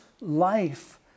life